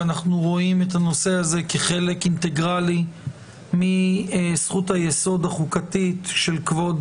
ואנחנו רואים את הנושא הזה כחלק אינטגרלי מזכות היסוד החוקתית של כבוד